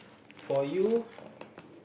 for you